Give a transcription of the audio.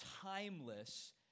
timeless